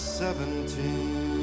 seventeen